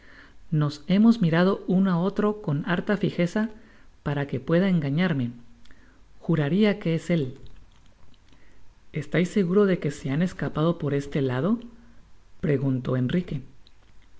nos hemos mirado uno á otro con harta fijeza paraque pueda engañarme juraria que es él estais seguro de que se han escapado por este lado premunió enrique